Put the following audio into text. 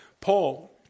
Paul